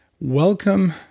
Welcome